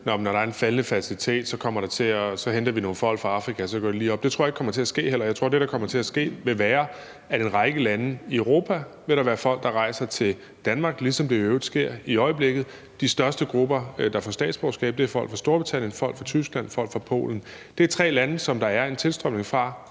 når der er en faldende fertilitet, henter vi nogle folk fra Afrika, og så går det lige op. Det tror jeg ikke kommer til at ske. Jeg tror, at det, der kommer til at ske, er, at der i en række lande i Europa vil være folk, der rejser til Danmark, ligesom det jo i øvrigt sker i øjeblikket. De største grupper, der får statsborgerskab, er folk fra Storbritannien, folk fra Tyskland og folk fra Polen. Det er tre lande, som der er en tilstrømning fra